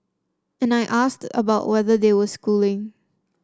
and I asked about whether they were schooling